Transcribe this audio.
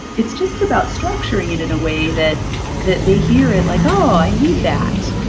it's just about structuring it in a way that that they hear it, like, oh, i need that.